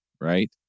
right